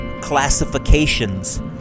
classifications